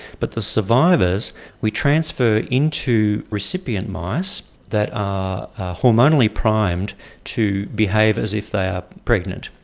but the survivors we transfer into recipient mice that are hormonally primed to behave as if they are pregnant.